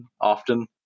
often